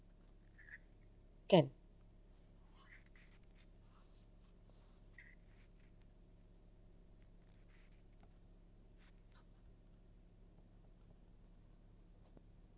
kan